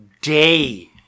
day